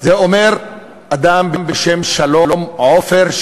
את זה אומר אדם בשם שלום עופר,